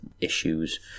issues